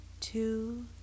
two